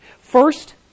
first